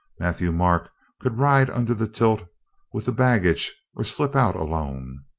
mat thieu-marc could ride under the tilt with the bag gage or slip out alone.